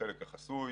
בחלק החסוי.